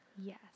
Yes